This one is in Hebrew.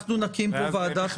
תודה, אנחנו נודיע על דיון